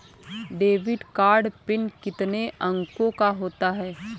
Debit card PIN कितने अंकों का होता है?